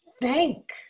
thank